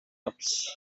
ups